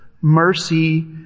mercy